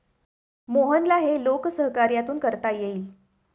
मोहनला हे लोकसहकार्यातून करता येईल